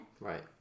Right